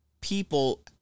people